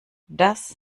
das